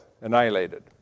annihilated